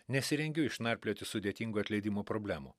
nesirengiu išnarplioti sudėtingų atleidimo problemų